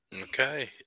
Okay